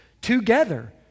together